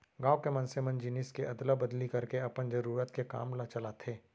गाँव के मनसे मन जिनिस के अदला बदली करके अपन जरुरत के काम ल चलाथे